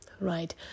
right